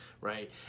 right